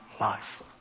life